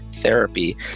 therapy